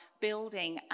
building